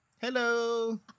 Hello